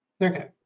Okay